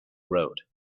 road